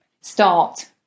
start